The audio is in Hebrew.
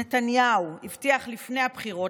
נתניהו הבטיח לפני הבחירות,